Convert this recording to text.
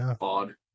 odd